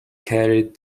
carried